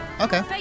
Okay